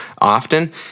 often